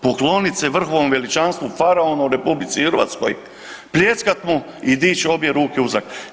Poklonit se vrhovnom veličanstvu, faraonu u RH, pljeskat mu i dić obje ruke u zrak.